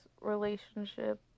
relationship